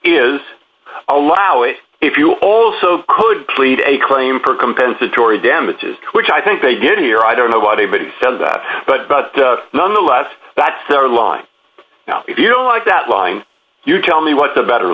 is allow it if you will also could plead a claim for compensatory damages which i think they did here i don't know why they but he said that but nonetheless that's their line now if you don't like that line you tell me what the better